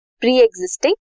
pre-existing